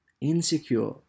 Insecure